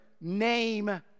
name